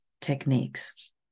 techniques